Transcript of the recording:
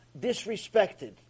disrespected